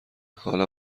حالا